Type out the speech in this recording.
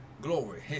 Glory